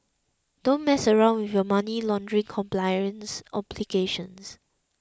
don't mess around with your money laundering compliance obligations